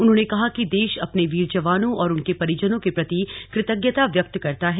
उन्होंने कहा कि देश अपने वीर जवानों और उनके परिजनों के प्रति कृतज्ञता व्यक्त करता है